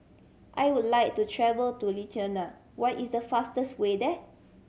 I would like to travel to Lithuania what is the fastest way there